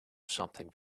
something